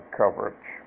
coverage